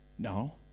No